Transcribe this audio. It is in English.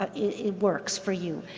ah it works for you.